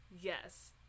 Yes